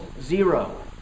zero